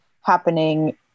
happening